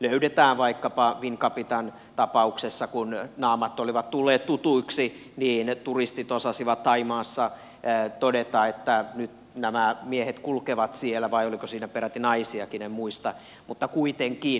vaikkapa wincapitan tapauksessa kun naamat olivat tulleet tutuiksi turistit osasivat thaimaassa todeta että nyt nämä miehet kulkevat siellä vai oliko siinä peräti naisiakin en muista mutta kuitenkin